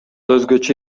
өзгөчө